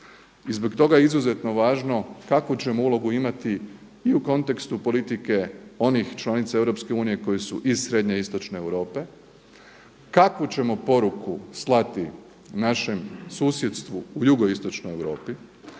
I zbog toga je izuzetno važno kakvu ćemo ulogu imati i u kontekstu politike onih članica EU koji su iz srednje i istočne Europe, kakvu ćemo poruku slati našem susjedstvu u jugoistočnoj Europi,